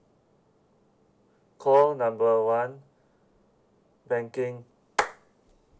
call number one banking